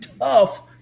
tough